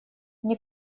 мне